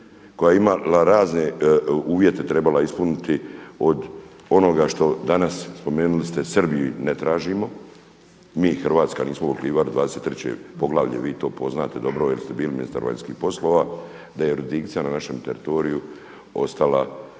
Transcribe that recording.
koja je imala razne uvjete, trebala je ispuniti od onoga što danas spomenuli ste Srbiji ne tražimo, mi Hrvatska nismo otkrivali 23. poglavlje, to to poznate dobro jer ste bili ministar vanjskih poslova, da je jurisdikcija na našem teritoriju ostala